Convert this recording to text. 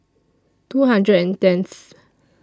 two hundred and tenth